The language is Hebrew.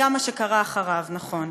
וגם מה שקרה אחרי, נכון.